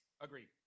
Agreed